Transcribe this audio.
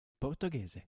portoghese